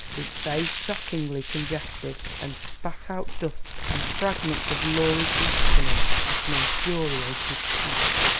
his face shockingly congested, and spat out dust and fragments of lurid blasphemy like an infuriated cat.